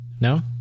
No